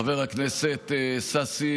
חבר הכנסת ששון ששי